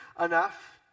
enough